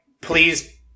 please